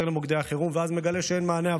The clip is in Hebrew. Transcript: למוקדי החירום ואז מגלה שאין מענה עבורו.